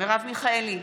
מרב מיכאלי,